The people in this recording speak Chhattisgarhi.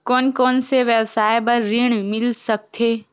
कोन कोन से व्यवसाय बर ऋण मिल सकथे?